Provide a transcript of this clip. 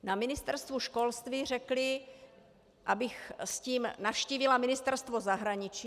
Na Ministerstvu školství řekli, abych s tím navštívila Ministerstvo zahraničí.